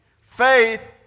Faith